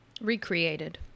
Recreated